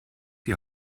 die